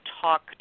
talk